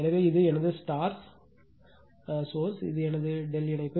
எனவே இது எனது சோர்ஸ் இது எனது ∆ இணைப்பு